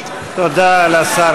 תודה רבה, אדוני היושב-ראש.